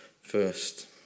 first